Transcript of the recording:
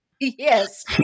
Yes